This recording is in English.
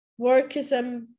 workism